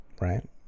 right